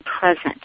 present